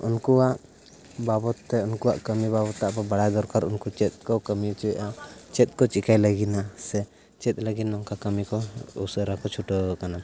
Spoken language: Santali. ᱩᱱᱠᱩᱣᱟᱜ ᱵᱟᱵᱚᱛ ᱛᱮ ᱩᱱᱠᱩᱣᱟᱜ ᱠᱟᱹᱢᱤ ᱵᱟᱵᱚᱛ ᱛᱮ ᱟᱵᱚ ᱵᱟᱲᱟᱭ ᱫᱚᱨᱠᱟᱨ ᱩᱱᱠᱩ ᱪᱮᱫ ᱠᱚ ᱠᱟᱹᱢᱤ ᱦᱪᱚᱭᱮᱫᱼᱟ ᱪᱮᱫ ᱠᱚ ᱪᱤᱠᱟᱹᱭ ᱞᱟᱹᱜᱤᱫ ᱱᱟ ᱥᱮ ᱪᱮᱫ ᱞᱟᱹᱜᱤᱫ ᱱᱚᱝᱠᱟ ᱠᱟᱹᱢᱤ ᱠᱚ ᱩᱥᱟᱹᱨᱟᱠᱚ ᱪᱷᱩᱴᱟᱹᱣ ᱠᱟᱱᱟ